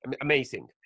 amazing